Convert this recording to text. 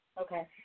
Okay